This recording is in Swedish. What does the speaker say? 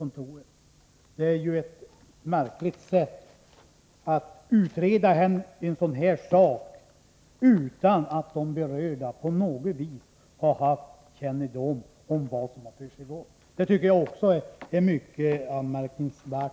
Nog är det märkligt att en så viktig fråga utreds utan att de som berörs fått någon som helst kännedom om vad som försiggått. Det är högst anmärkningsvärt.